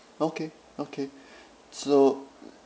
okay okay so